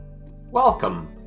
Welcome